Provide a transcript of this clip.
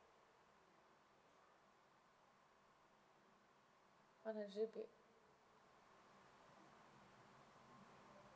one hundred G_B